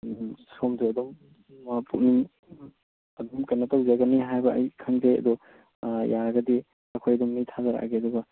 ꯁꯣꯝꯁꯨ ꯑꯗꯨꯝ ꯄꯨꯛꯅꯤꯡ ꯑꯗꯨꯝ ꯀꯩꯅꯣ ꯇꯧꯖꯒꯅꯤ ꯍꯥꯕ ꯑꯩ ꯈꯪꯖꯩ ꯑꯗꯣ ꯌꯥꯔꯒꯗꯤ ꯑꯩꯈꯣꯏ ꯑꯗꯨꯝ ꯃꯤ ꯊꯥꯖꯔꯛꯑꯒꯦ ꯑꯗꯨꯒ